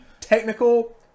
technical